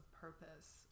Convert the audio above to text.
purpose